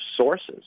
sources